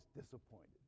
disappointed